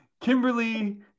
Kimberly